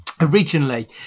Originally